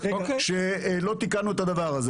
שלא תיקנה את זה.